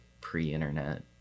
pre-internet